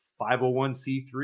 501c3